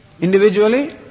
Individually